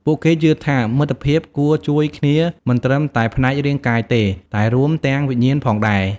ពួកគេជឿថា មិត្តភាពគួរជួយគ្នាមិនត្រឹមតែផ្នែករាងកាយទេ តែរួមទាំងវិញ្ញាណផងដែរ។